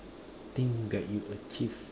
thing that you achieve